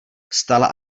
vstala